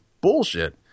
bullshit